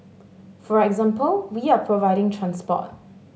for example we are providing transport